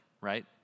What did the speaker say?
right